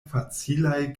facilaj